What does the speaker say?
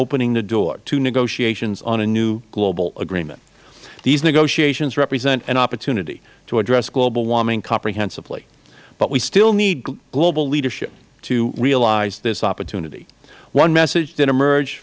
opening the door to negotiations on a new global agreement these negotiations represent an opportunity to address global warming comprehensively but we still need global leadership to realize this opportunity one message that emerge